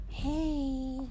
Hey